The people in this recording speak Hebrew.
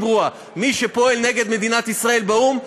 ברורה: מי שפועל נגד מדינת ישראל באו"ם,